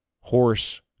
horse